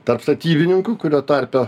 tarp statybininkų kurio tarpe